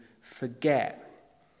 forget